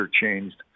changed